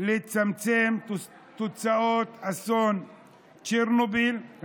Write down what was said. לצמצם תוצאות אסון צ'רנוביל,